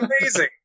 amazing